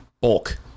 bulk